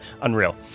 Unreal